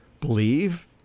believe